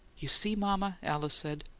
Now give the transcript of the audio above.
you see, mama? alice said,